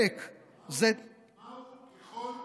מהו "ככל האפשר"?